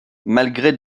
malgré